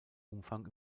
umfang